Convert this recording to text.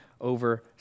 over